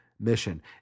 mission